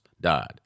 died